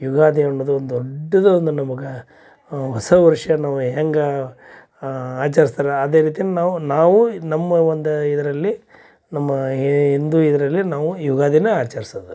ಯುಗಾದಿ ಅನ್ನುದೊಂದು ದೊಡ್ಡದೊಂದು ನಮ್ಗೆ ಹೊಸ ವರ್ಷ ನಾವು ಹೆಂಗೆ ಆಚರ್ಸ್ತಾರೆ ಅದೇ ರೀತಿನೇ ನಾವು ನಾವೂ ನಮ್ಮ ಒಂದು ಇದರಲ್ಲಿ ನಮ್ಮ ಹಿಂದೂ ಇದರಲ್ಲಿ ನಾವು ಯುಗಾದಿನ ಆಚರ್ಸೋದು